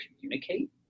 communicate